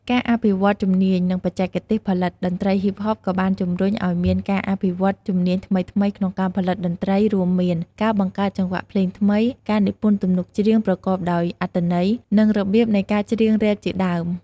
ការអភិវឌ្ឍន៍ជំនាញ និងបច្ចេកទេសផលិត តន្រ្តី ហ៊ីបហប ក៏បានជំរុញឱ្យមានការអភិវឌ្ឍន៍ជំនាញថ្មីៗក្នុងការផលិតតន្ត្រី រួមមាន ការបង្កើតចង្វាក់ភ្លេងថ្មី ការនិពន្ធទំនុកច្រៀងប្រកបដោយអត្ថន័យ និង របៀបនៃការច្រៀងរ៉េបជាដើម។